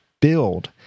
build